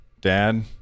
Dad